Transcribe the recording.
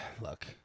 look